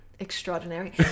extraordinary